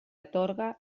atorga